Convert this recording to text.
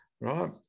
right